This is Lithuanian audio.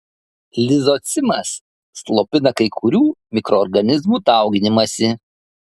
lizocimas slopina kai kurių mikroorganizmų dauginimąsi